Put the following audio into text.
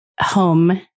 home